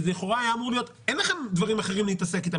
שלכאורה אין לכם דברים אחרים להתעסק איתם,